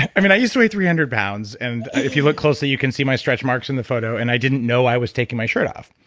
i mean, i used to weigh three hundred pounds, and if you look closely, you can see my stretch marks in the photo, and i didn't know i was taking my shirt off.